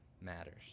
matters